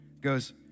goes